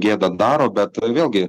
gėdą daro bet vėlgi